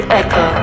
echo